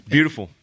Beautiful